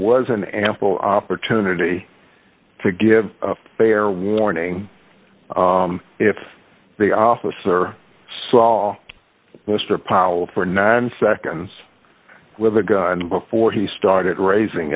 was an ample opportunity to give fair warning if the officer saw mr powell for nine seconds with a gun before he started raising